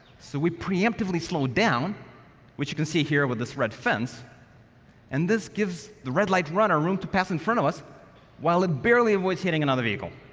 so, we preemptively slow down which you can see here with this red fence and this gives the red light runner room to pass in front of us while it barely avoids hitting another vehicle.